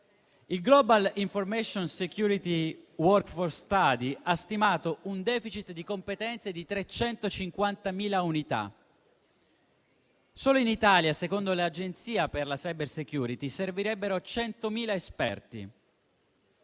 Il Global information security workforce study ha stimato un *deficit* di competenze di 350.000 unità. Solo in Italia, secondo l'Agenzia per la cybersicurezza nazionale, servirebbero 100.000 esperti.